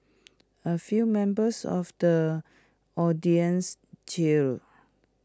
A few members of the audience cheered